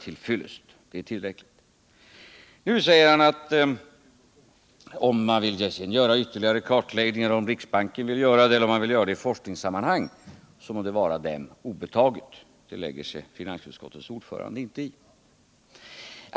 Nu säger Björn Molin att om riksbanken vill göra en ytterligare kartlägg 117 ning eller om man vill göra det i forskningssammanhang, så må det vara dem obetaget. Det lägger sig finansutskottets ordförande inte i.